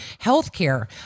Healthcare